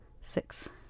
six